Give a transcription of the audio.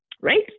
right